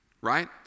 right